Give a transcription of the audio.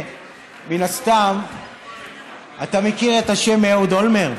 מן הסתם אתה מכיר את השם אהוד אולמרט?